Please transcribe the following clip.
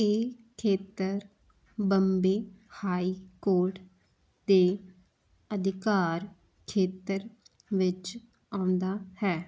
ਇਹ ਖੇਤਰ Bombay high court ਦੇ ਅਧਿਕਾਰ ਖੇਤਰ ਵਿੱਚ ਆਉਂਦਾ ਹੈ